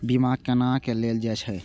बीमा केना ले जाए छे?